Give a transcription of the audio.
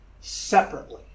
separately